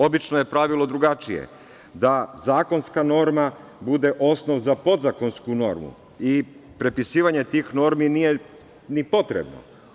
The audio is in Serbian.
Obično je pravilo drugačije, da zakonska norma bude osnov za podzakonsku normu i prepisivanje tih normi nije ni potrebno.